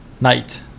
Night